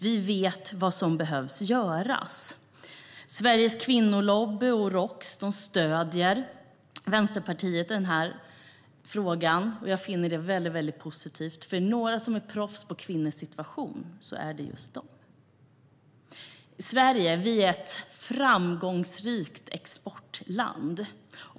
Vi vet vad som behöver göras. Sveriges kvinnolobby och Roks stöder Vänsterpartiet i den här frågan, och det finner jag mycket positivt. Om det är några som är proffs på kvinnors situation är det just de. Sverige är ett framgångsrikt exportland.